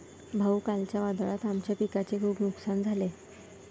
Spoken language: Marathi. भाऊ, कालच्या वादळात आमच्या पिकाचे खूप नुकसान झाले